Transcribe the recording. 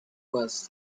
was